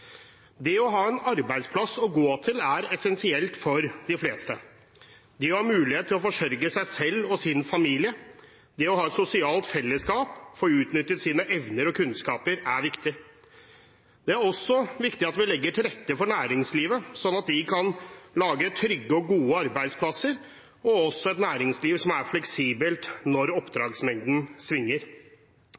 Det å ha en arbeidsplass å gå til er essensielt for de fleste. Det å ha mulighet til å forsørge seg selv og sin familie, det å ha et sosialt fellesskap og det å få utnyttet sine evner og kunnskaper er viktig. Det er også viktig at vi legger til rette for næringslivet, sånn at de kan lage trygge og gode arbeidsplasser, og også har et næringsliv som er fleksibelt når oppdragsmengden svinger.